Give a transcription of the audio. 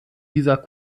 dieser